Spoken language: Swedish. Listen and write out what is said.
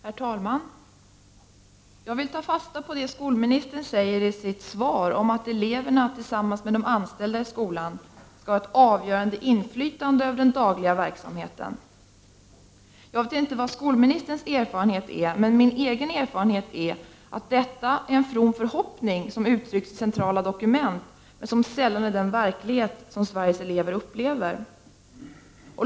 Herr talman! Jag vill ta fasta på det som skolministern säger i sitt svar om att eleverna tillsammans med de anställda i skolan skall ha ett avgörande inflytande över den dagliga verksamheten. Jag vet inte vilken skolministerns erfarenhet är, men min egen erfarenhet är att detta är en from förhoppning som uttrycks i centrala dokument, men som sällan är den verklighet som Sveriges elever upplever.